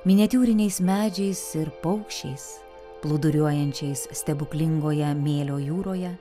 miniatiūriniais medžiais ir paukščiais plūduriuojančiais stebuklingoje mėlio jūroje